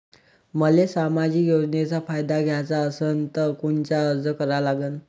मले सामाजिक योजनेचा फायदा घ्याचा असन त कोनता अर्ज करा लागन?